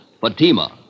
Fatima